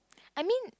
I mean